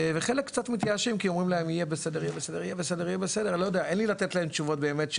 חלק קצת מתייאשים כי אומרים להם שיהיה בסדר ואין לי באמת תשובות לתת